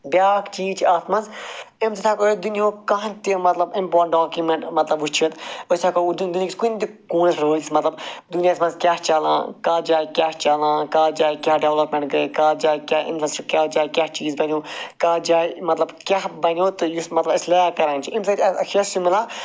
بیٛاکھ چیٖز چھُ اَتھ منٛز اَمہِ سۭتۍ ہیٚکو أسۍ دُنیُہُک کانٛہہ تہٕ مَطلَب امپاٹَنٛٹ ڈاکیٛوٗمٮ۪نٛٹ وُچھِتھ أسۍ ہیٚکو دُنۍہیٚکِس کُنہِ تہِ کوٗنَس پٮ۪ٹھ وٲتِتھ مَطلَب دُنیَاہَس مَنٛز کیٛاہ چھُ چَلان کتھ جایہِ کیٛاہ چھُ چلان کیٛاہ ڈیٚولَپمٮ۪نٛٹ گٔیہِ کتھ جایہِ کیٛاہ اِنویٚسٹ کتھ جایہِ کیٛاہ چیٖز بَنٮ۪و کتھ جایہِ مَطلَب کیٛاہ بَنٮ۪و تہٕ یُس مَطلَب أسۍ لیک کَران چھِ اَمہِ سۭتۍ اَسہِ کیٛاہ چھُ میلان